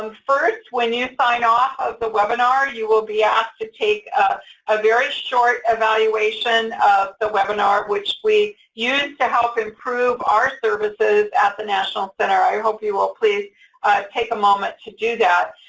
um first, when you sign off of the webinar, you will be asked to take a very short evaluation of the webinar, which we use to help improve our services at the national center. i hope you will please take a moment to do that.